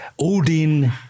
Odin